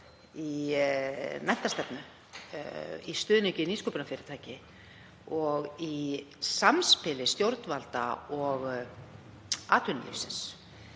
í menntastefnu, í stuðningi við nýsköpunarfyrirtæki og í samspili stjórnvalda og atvinnulífsins.